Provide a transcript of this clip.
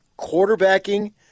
quarterbacking